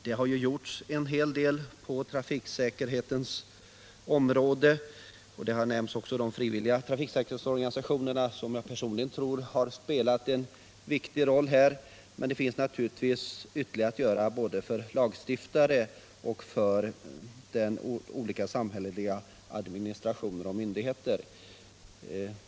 Det har gjorts en hel del på trafiksäkerhetens område. Också de frivilliga trafiksäkerhetsorganisationerna har nämnts, och personligen tror jag att dessa har spelat en viktig roll. Men det finns naturligtvis ytterligare saker att göra, både för lagstiftare och för olika samhälleliga organ och myndigheter.